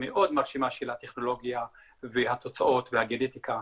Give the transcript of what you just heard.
מאוד מרשימה של הטכנולוגיה והתוצאות והגנטיקה,